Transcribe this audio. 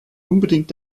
unbedingt